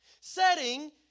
setting